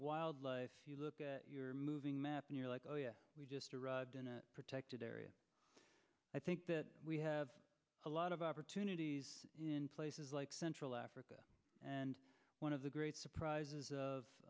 wildlife look at your moving map near like oh yeah we just arrived in a protected area i think that we have a lot of opportunities in places like central africa and one of the great surprises of